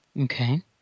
Okay